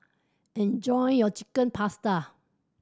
enjoy your Chicken Pasta